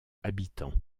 habitants